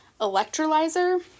electrolyzer